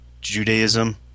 Judaism